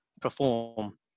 perform